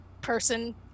person